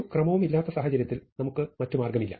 ഒരു ക്രമവും ഇല്ലാത്ത സാഹചര്യത്തിൽ നമുക്ക് മാർഗമില്ല